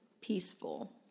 Peaceful